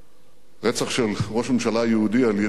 רצח של ראש ממשלה יהודי על-ידי יהודי,